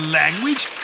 language